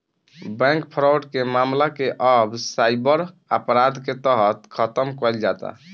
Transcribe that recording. bank fraud के मामला के अब साइबर अपराध के तहत खतम कईल जाता